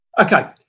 Okay